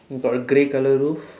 you got your grey colour roof